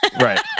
Right